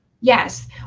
Yes